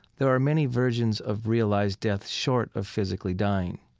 there are many versions of realized death short of physically dying.